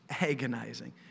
Agonizing